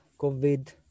COVID